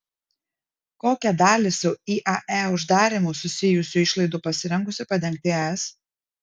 kokią dalį su iae uždarymu susijusių išlaidų pasirengusi padengti es